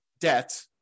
debt